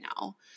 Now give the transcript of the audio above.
now